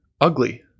ugly